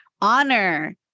honor